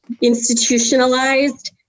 institutionalized